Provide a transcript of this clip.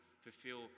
fulfill